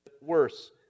worse